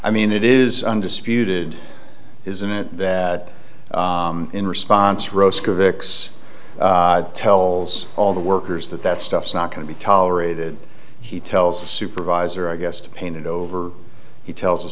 i mean it is undisputed isn't it that in response rosko vic's tells all the workers that that stuff's not going to be tolerated he tells the supervisor i guess to painted over he tells